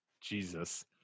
Jesus